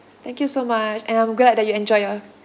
thank you so much and I'm glad that you enjoyed your